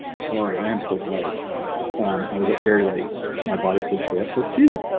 sorry, i am still tired i was up very late my body said stay up till two